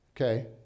okay